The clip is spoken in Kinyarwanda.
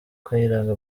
kayiranga